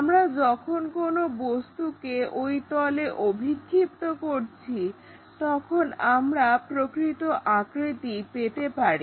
আমরা যখন কোনো বস্তুকে ওই তলে অভিক্ষিপ্ত করছি তখন আমরা প্রকৃত আকৃতি পেতে পারি